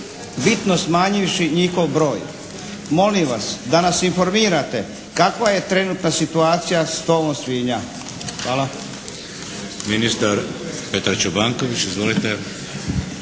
bitno smanjivši njihov broj. Molim vas da nas informirate kakva je trenutna situacija s tovom svinja. Hvala.